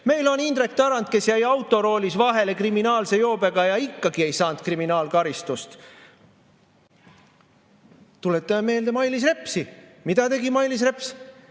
Meil on Indrek Tarand, kes jäi autoroolis vahele kriminaalse joobega ja ikkagi ei saanud kriminaalkaristust. Tuletame meelde Mailis Repsi. Mida tegi Mailis Reps?